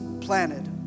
planted